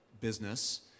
business